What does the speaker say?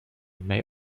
may